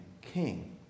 king